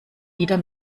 wieder